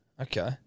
Okay